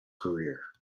career